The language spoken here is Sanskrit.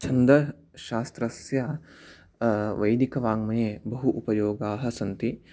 छन्दशास्त्रस्य वैदिकवाङ्मये बहु उपयोगाः सन्ति